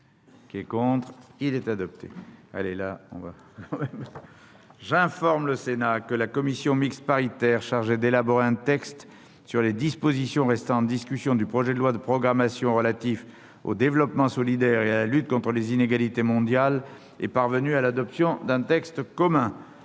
aux voix l'article 39. ter J'informe le Sénat que la commission mixte paritaire chargée d'élaborer un texte sur les dispositions restant en discussion du projet de loi de programmation relatif au développement solidaire et à la lutte contre les inégalités mondiales est parvenue à l'adoption d'un texte commun.